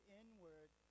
inward